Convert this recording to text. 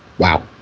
Wow